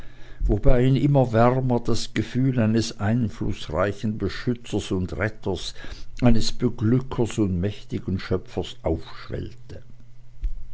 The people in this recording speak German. wobei ihn immer wärmer das gefühl eines einflußreichen beschützers und retters eines beglückers und mächtigen schöpfers